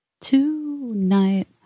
tonight